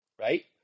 right